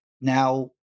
Now